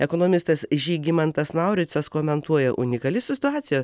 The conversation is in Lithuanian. ekonomistas žygimantas mauricas komentuoja unikali situacija